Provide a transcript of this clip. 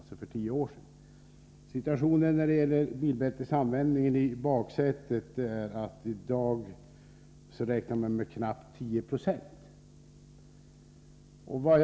Situationen i dag är att man räknar med att knappt 10 96 använder bilbältet i baksätet.